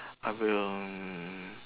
I will mm